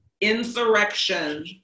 insurrection